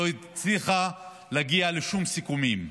שלא הצליחה להגיע לשום סיכומים.